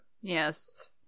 Yes